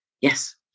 Yes